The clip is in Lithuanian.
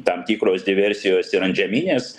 tam tikros diversijos ir antžeminės